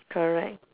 correct